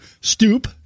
stoop